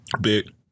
big